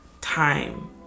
time